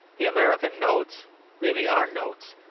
the american notes really are notes,